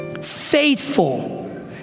faithful